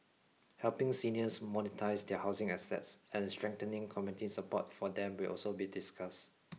helping seniors monetise their housing assets and strengthening community support for them will also be discussed